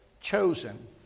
chosen